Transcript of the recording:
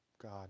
God